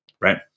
right